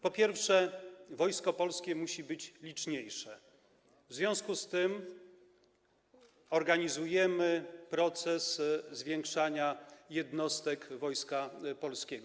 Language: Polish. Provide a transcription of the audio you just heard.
Po pierwsze, Wojsko Polskie musi być liczniejsze, w związku z tym organizujemy proces zwiększania jednostek Wojska Polskiego.